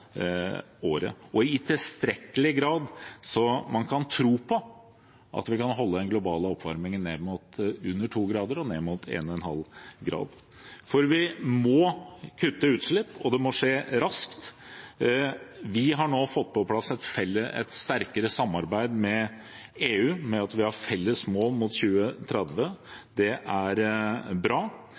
året – i tilstrekkelig grad også, slik at man kan tro på at vi kan holde den globale oppvarmingen under 2 grader og ned mot 1,5 grader. Vi må kutte utslipp, og det må skje raskt. Vi har nå fått på plass et sterkere samarbeid med EU ved at vi har felles mål fram mot 2030. Det er bra,